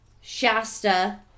Shasta